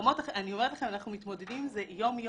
אני אומרת לכם, אנחנו מתמודדים עם זה יום-יום.